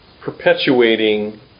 perpetuating